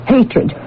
Hatred